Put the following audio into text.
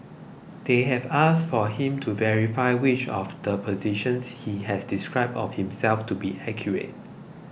they have asked for him to verify which of the positions he has described of himself to be accurate